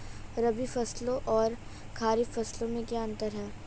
रबी फसलों और खरीफ फसलों में क्या अंतर है?